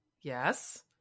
Yes